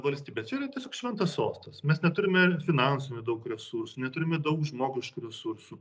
valstybė čia yra tiesiog šventas sostas mes neturime finansinių daug resursų neturime daug žmogiškų resursų